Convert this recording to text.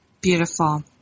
Beautiful